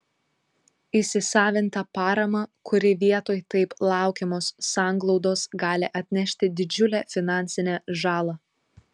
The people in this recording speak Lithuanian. įsisavintą paramą kuri vietoj taip laukiamos sanglaudos gali atnešti didžiulę finansinę žalą